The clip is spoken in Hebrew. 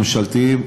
ממשלתיים,